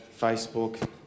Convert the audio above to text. Facebook